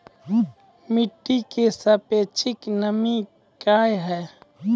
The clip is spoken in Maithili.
मिटी की सापेक्षिक नमी कया हैं?